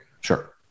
Sure